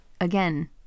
again